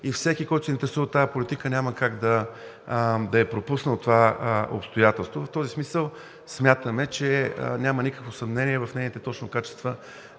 и всеки, който се интересува от тази политика, няма как да е пропуснал това обстоятелство. В този смисъл смятаме, че няма никакво съмнение точно в нейните качества